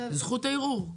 זכות הערעור.